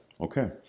Okay